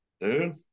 dude